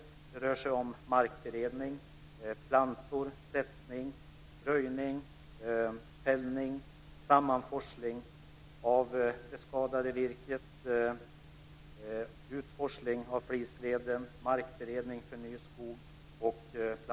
Det rör sig om markberedning, plantor, sättning, röjning, fällning, sammanforsling av det skadade virket, utforsling av flisveden, markberedning för ny skog samt plantor och sättning.